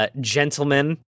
gentlemen